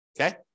Okay